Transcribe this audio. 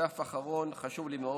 הדף האחרון חשוב לי מאוד.